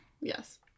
Yes